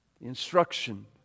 Instruction